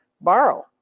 borrow